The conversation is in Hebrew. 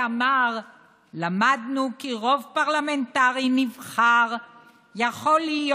שאמר "למדנו כי רוב פרלמנטרי נבחר יכול להיות